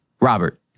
Robert